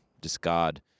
discard